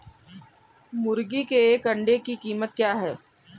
मुर्गी के एक अंडे की कीमत क्या है?